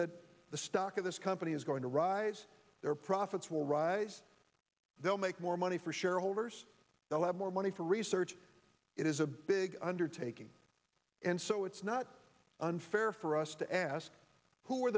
that the stock of this company is going to rise their profits will rise they'll make more money for shareholders they'll have more money for research it is a big undertaking and so it's not unfair for us to ask who are